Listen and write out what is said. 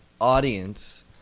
audience